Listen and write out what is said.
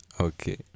Okay